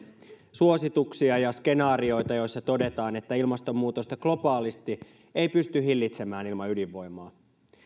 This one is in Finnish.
suosituksia ja skenaarioita joissa todetaan että ilmastonmuutosta globaalisti ei pysty hillitsemään ilman ydinvoimaa